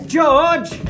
George